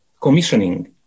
commissioning